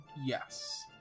yes